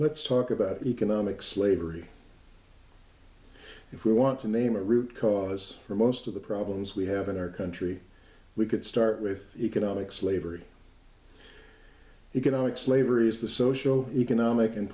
let's talk about economic slavery if we want to name a root cause for most of the problems we have in our country we could start with economic slavery economic slavery is the social economic and